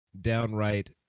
downright